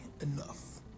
enough